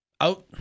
out